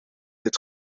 dit